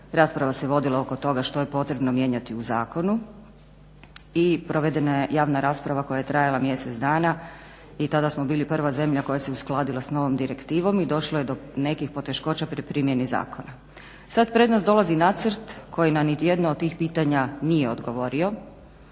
Rasprava se vodila oko toga što je potrebno mijenjati u zakonu i provedena je javna rasprava koja je trajala mjesec dana i tada smo bili prva zemlja koja se uskladila s novom direktivom i došlo je do nekih poteškoća pri primjeni zakona. Sad pred nas dolazi nacrt koji na niti jedno od tih pitanja nije odgovorio